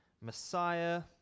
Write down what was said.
Messiah